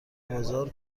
بازار